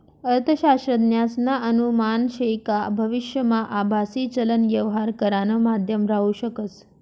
अर्थशास्त्रज्ञसना अनुमान शे का भविष्यमा आभासी चलन यवहार करानं माध्यम राहू शकस